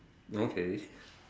okay